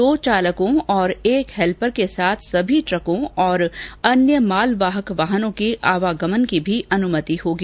दो चालकों और एक हेल्पर के साथ सभी ट्रकों और अन्य मालवाहक वाहनों के आवागमन की भी अनुमति होगी